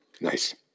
nice